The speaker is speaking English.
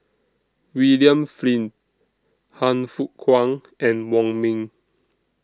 William Flint Han Fook Kwang and Wong Ming